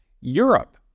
Europe